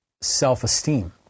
self-esteem